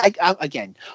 again